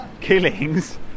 killings